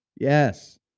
yes